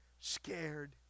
scared